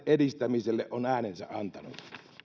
edistämiselle on äänensä antanut